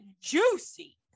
juicy